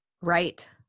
Right